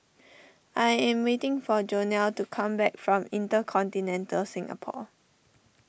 I am waiting for Jonell to come back from Intercontinental Singapore